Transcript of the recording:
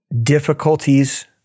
difficulties